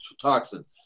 Toxins